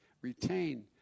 retain